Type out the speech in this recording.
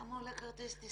כמה עולה כרטיס טיסה.